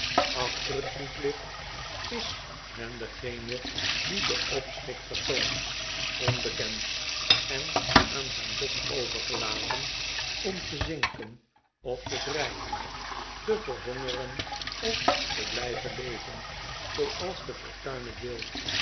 achter het voetlicht is men degene die dien opschik vertoont onbekend en aan zijn lot overgelaten om te zinken of te drijven te verhongeren of te blijven leven zooals de fortuin het wil